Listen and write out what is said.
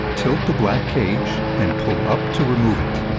tilt the black cage and pull up to remove it.